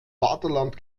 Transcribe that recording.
vaterland